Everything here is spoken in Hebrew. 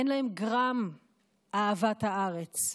אין להם גרם אהבת הארץ.